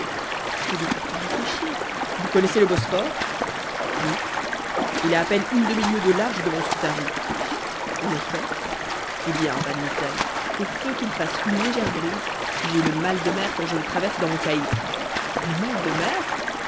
veuillez pourtant réfléchir vous connaissez le bosphore oui il a à peine une demi-lieue de large devant scutari en effet eh bien van mitten pour peu qu'il fasse une légère brise j'ai le mal de mer quand je le traverse dans mon caïque le mal de mer